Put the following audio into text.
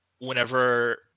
whenever